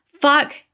Fuck